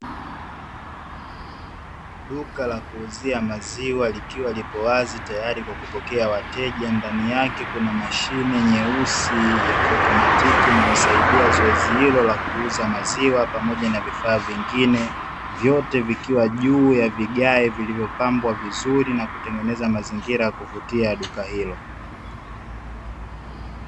Duka la kuuzia maziwa likiwa lipo wazi, tayari kwa kupokea wateja, ndani yake kuna mashine nyeusi ya kiotomatiki inayosaidaia zoezi hilo la kuuza maziwa pamoja na vifaa vingine, vyote vikiwa juu ya vigae vilivyopangwa vizuri na kutengeneza mazingira ya kuvutia ya duka hilo.